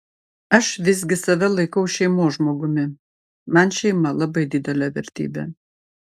aš visgi save laikau šeimos žmogumi man šeima labai didelė vertybė